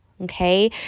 Okay